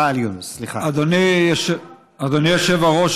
אדוני היושב-ראש,